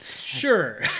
sure